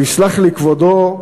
ויסלח לי כבודו,